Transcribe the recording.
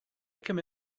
come